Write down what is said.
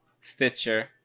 Stitcher